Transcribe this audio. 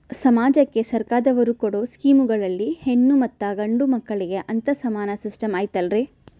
ಸಮಾಜಕ್ಕೆ ಸರ್ಕಾರದವರು ಕೊಡೊ ಸ್ಕೇಮುಗಳಲ್ಲಿ ಹೆಣ್ಣು ಮತ್ತಾ ಗಂಡು ಮಕ್ಕಳಿಗೆ ಅಂತಾ ಸಮಾನ ಸಿಸ್ಟಮ್ ಐತಲ್ರಿ?